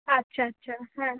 আচ্ছা আচ্ছা হ্যাঁ